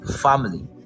family